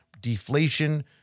deflation